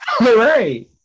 Right